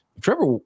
Trevor